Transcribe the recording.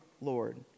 Lord